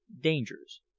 dangers